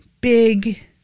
big